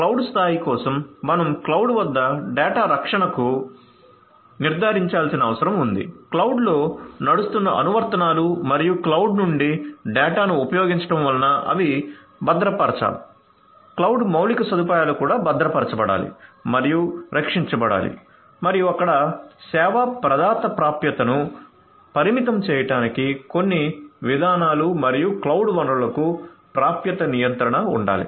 cloud స్థాయి కోసం మనం క్లౌడ్ వద్ద డేటా రక్షణను నిర్ధారించాల్సిన అవసరం ఉంది క్లౌడ్లో నడుస్తున్న అనువర్తనాలు మరియు క్లౌడ్ నుండి డేటాను ఉపయోగించడం వలన అవి భద్రపరచబడాలి క్లౌడ్ మౌలిక సదుపాయాలు కూడా భద్రపరచబడాలి మరియు రక్షించబడాలి మరియు అక్కడ సేవా ప్రదాత ప్రాప్యతను పరిమితం చేయడానికి కొన్ని విధానాలు మరియు క్లౌడ్ వనరులకు ప్రాప్యత నియంత్రణ ఉండాలి